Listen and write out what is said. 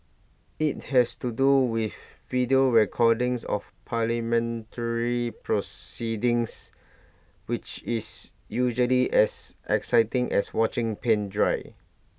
IT has to do with video recordings of parliamentary proceedings which is usually as exciting as watching paint dry